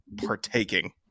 partaking